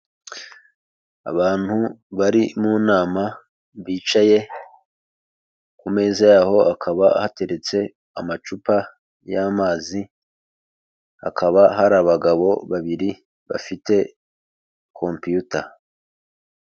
Abantu bari mu nama bicaye ku meza yaho hakaba hateretse amacupa y'amazi, hakaba hari abagabo babiri bafite kompiyuta.